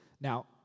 Now